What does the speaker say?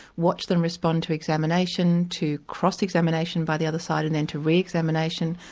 watch them respond to examination, to cross-examination by the other side, and then to re-examination,